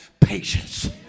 Patience